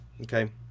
Okay